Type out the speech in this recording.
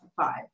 five